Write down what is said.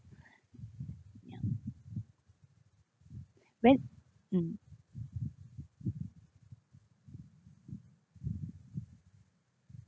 when mm